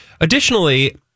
additionally